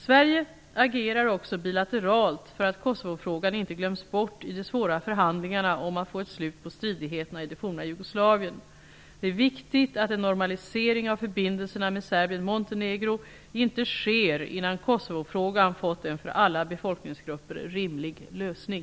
Sverige agerar också bilateralt för att Kosovofrågan inte glöms bort i de svåra förhandlingarna om att få ett slut på stridigheterna i det forna Jugoslavien. Det är viktigt att en normalisering av förbindelserna med Serbien--Montenegro inte sker innan Kosovofrågan fått en för alla befolkningsgrupper rimlig lösning.